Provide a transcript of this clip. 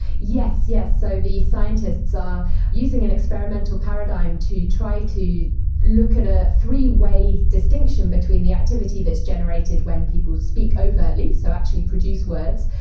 yes yes so the scientists are using an experimental paradigm to try to look at a three-way distinction between the activity that is generated when people speak overtly, so actually produce words,